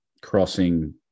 crossing